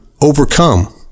overcome